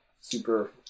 super